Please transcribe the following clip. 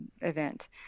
event